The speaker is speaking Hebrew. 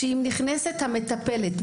שאם נכנסת המטפלת,